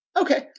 Okay